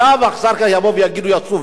ואחר כך יבוא ויגידו: הנה,